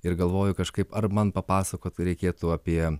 ir galvoju kažkaip ar man papasakot reikėtų apie